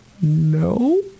No